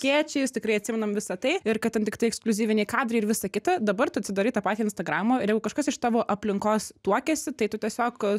skėčiais tikrai atsimenam visa tai ir kad ten tiktai ekskliuzyviniai kadrai ir visa kita dabar tu atsidarai tą patį instagramą ir jeigu kažkas iš tavo aplinkos tuokiasi tai tu tiesiog